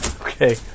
Okay